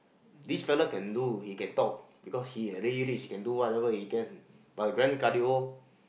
this fellow can do he can talk because he really rich he can do whatever he can but grand cardio